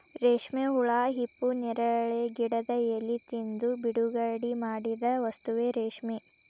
ರೇಶ್ಮೆ ಹುಳಾ ಹಿಪ್ಪುನೇರಳೆ ಗಿಡದ ಎಲಿ ತಿಂದು ಬಿಡುಗಡಿಮಾಡಿದ ವಸ್ತುವೇ ರೇಶ್ಮೆ